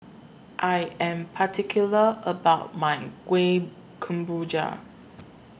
I Am particular about My Kueh Kemboja